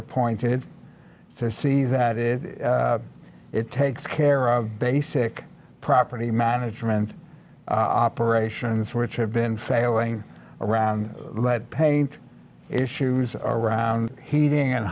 appointed to see that if it takes care of basic property management operations which have been failing around lead paint issues around heating and